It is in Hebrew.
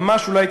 ממש אולי,